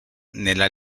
nella